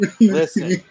listen